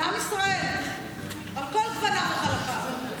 לעם ישראל על כל גווניו וחלקיו.